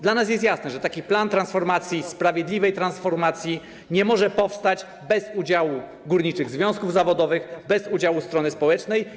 Dla nas jest jasne, że taki plan transformacji, sprawiedliwej transformacji nie może powstać bez udziału górniczych związków zawodowych, bez udziału strony społecznej.